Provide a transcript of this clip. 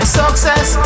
success